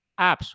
apps